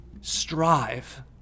strive